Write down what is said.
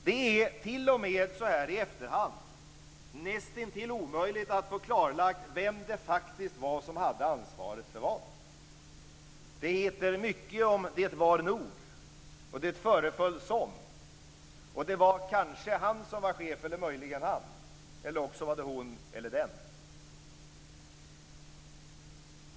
Det är, t.o.m. så här i efterhand, nästintill omöjligt att få klarlagt vem det var som faktiskt hade ansvaret för vad. Det heter mycket "det var nog", "det föreföll som" och "det var kanske han som var chef eller möjligen han - eller också var det hon eller den".